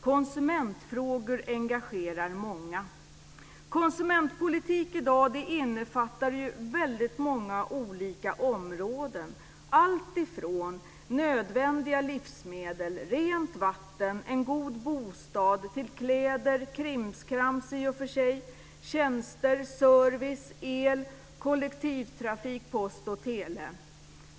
Konsumentfrågor engagerar många. Konsumentpolitik i dag innefattar väldigt många olika områden, alltifrån nödvändiga livsmedel, rent vatten och en god bostad till kläder, krimskrams, tjänster, service, el, kollektivtrafik, post och tele.